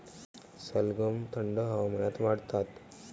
सलगम थंड हवामानात वाढतात